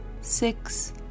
six